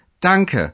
danke